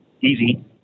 easy